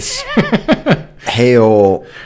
hail